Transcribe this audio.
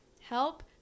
help